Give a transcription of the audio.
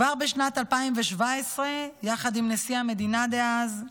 כבר בשנת 2017, יחד עם נשיא המדינה דאז,